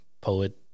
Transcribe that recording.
poet